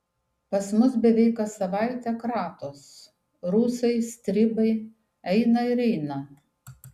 pas mus beveik kas savaitę kratos rusai stribai eina ir eina